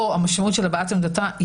או המשמעות של הבעת עמדתה,